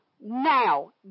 now